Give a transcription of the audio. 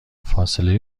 فاصله